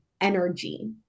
energy